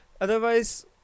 otherwise